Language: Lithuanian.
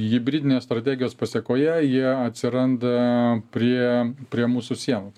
hibridinės strategijos pasekoje jie atsiranda prie prie mūsų sienų